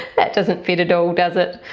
that doesn't fit at all does it?